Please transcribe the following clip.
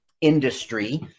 industry